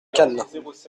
cannes